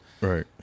Right